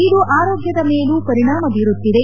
ಇದು ಆರೋಗ್ಭದ ಮೇಲೂ ಪರಿಣಾಮ ಬೀರುತ್ತಿದೆ